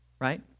Right